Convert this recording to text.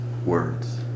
words